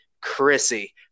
Chrissy